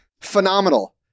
Phenomenal